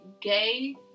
gay